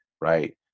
right